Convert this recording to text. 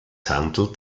handelt